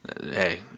Hey